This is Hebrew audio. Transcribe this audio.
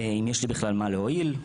אם יש לי בכלל מה להועיל,